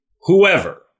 whoever